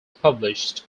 published